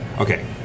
Okay